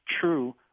true